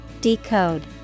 Decode